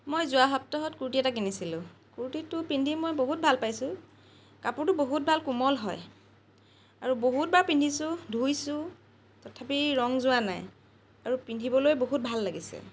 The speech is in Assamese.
মই যোৱা সপ্তাহত কুৰ্তি এটা কিনিছিলোঁ কুৰ্তিটো পিন্ধি মই বহুত ভাল পাইছোঁ কাপোৰটো বহুত ভাল কোমল হয় আৰু বহুতবাৰ পিন্ধিছোঁ ধুইছোঁ তথাপি ৰং যোৱা নাই আৰু পিন্ধিবলৈ বহুত ভাল লাগিছে